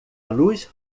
luz